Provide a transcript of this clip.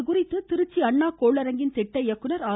இதுகுறித்து திருச்சி அண்ணா கோளரங்கத்தின் திட்ட இயக்குநர் ஆர்